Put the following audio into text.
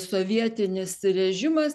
sovietinis režimas